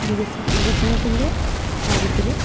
വികസി വികസനത്തിൻ്റെ കാര്യത്തിൽ